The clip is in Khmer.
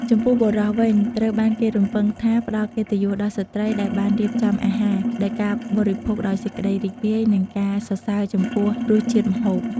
ចំពោះបុរសវិញ ត្រូវបានគេរំពឹងថានឹង ផ្តល់កិត្តិយសដល់ស្ត្រីដែលបានរៀបចំអាហារ ដោយការបរិភោគដោយសេចក្តីរីករាយ និងការសរសើរចំពោះរសជាតិម្ហូប។